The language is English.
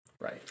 Right